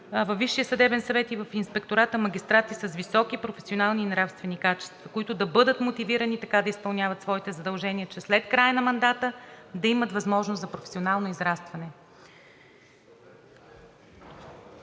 във Висшия съдебен съвет и в Инспектората магистрати с високи професионални и нравствени качества, които да бъдат мотивирани така да изпълняват своите задължения, че след края на мандата да имат възможност за професионално израстване.